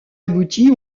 aboutit